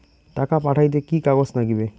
টাকা পাঠাইতে কি কাগজ নাগীবে?